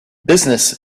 business